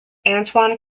antoine